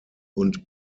und